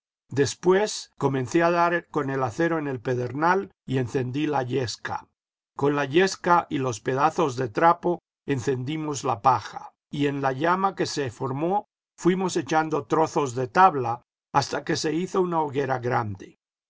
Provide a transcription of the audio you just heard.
después comencé a dar con el acero en el pedernal y encendí la yesca con la yesca y los pedazos de trapo encendimos la paja y en la llama que se formó fuimos echando trozos de tabla hasta que se hizo una hoguera grande